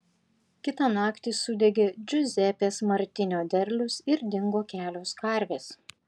kitą naktį sudegė džiuzepės martinio derlius ir dingo kelios karvės